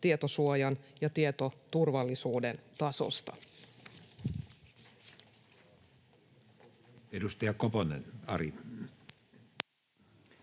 tietosuojan ja tietoturvallisuuden tasosta.